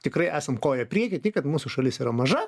tikrai esam koja prieky tiek kad mūsų šalis yra maža